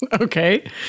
Okay